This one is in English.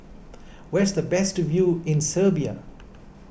where is the best view in Serbia